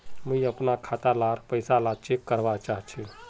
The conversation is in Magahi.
मुई अपना खाता डार पैसा ला चेक करवा चाहची?